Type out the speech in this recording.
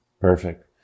Perfect